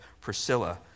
Priscilla